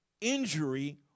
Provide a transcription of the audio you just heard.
injury